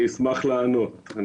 אני אשמח לענות.